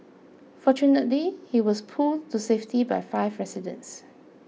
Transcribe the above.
fortunately he was pulled to safety by five residents